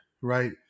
right